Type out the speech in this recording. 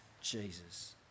Jesus